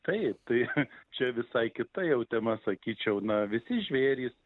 taip tai čia visai kita jau tema sakyčiau na visi žvėrys